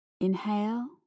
Inhale